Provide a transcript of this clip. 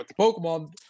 Pokemon